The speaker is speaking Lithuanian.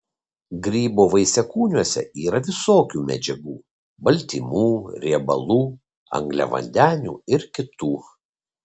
grybo vaisiakūniuose yra visokių medžiagų baltymų riebalų angliavandenių ir kitų